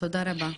תודה רבה.